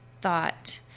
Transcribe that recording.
thought